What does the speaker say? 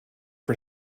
for